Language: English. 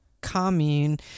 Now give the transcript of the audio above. commune